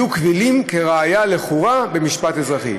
יהיו קבילים כראיה לכאורה במשפט אזרחי.